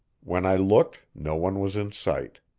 when i looked, no one was in sight.